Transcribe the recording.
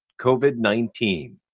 COVID-19